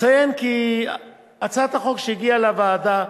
אציין כי הצעת החוק שהגיעה לוועדה,